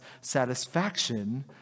satisfaction